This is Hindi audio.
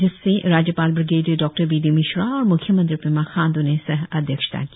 जिससे राज्यपाल ब्रिगेडियर डॉ बीडीमिश्रा और म्ख्यमंत्री पेमा खाण्डू ने सह अध्यक्षता की